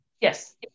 Yes